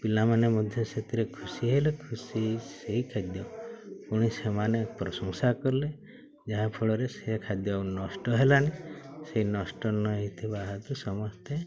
ପିଲାମାନେ ମଧ୍ୟ ସେଥିରେ ଖୁସି ହେଲେ ଖୁସି ସେଇ ଖାଦ୍ୟ ପୁଣି ସେମାନେ ପ୍ରଶଂସା କଲେ ଯାହାଫଳରେ ସେ ଖାଦ୍ୟ ଆଉ ନଷ୍ଟ ହେଲାନି ସେ ନଷ୍ଟ ନ ହେଇଥିବା ହେତୁ ସମସ୍ତେ